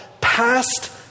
passed